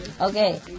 Okay